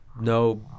no